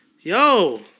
yo